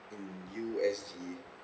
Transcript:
in U_S_D